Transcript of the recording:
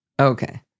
okay